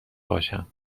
باشم